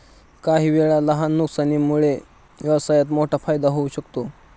काहीवेळा लहान नुकसानामुळे व्यवसायात मोठा फायदा होऊ शकतो